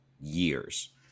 years